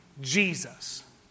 jesus